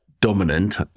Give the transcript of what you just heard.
dominant